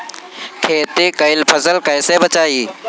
खेती कईल फसल कैसे बचाई?